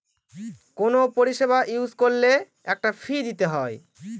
কোনো পরিষেবা ইউজ করলে একটা ফী দিতে হয়